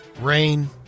Rain